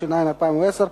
התש"ע 2010,